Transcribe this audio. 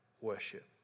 worship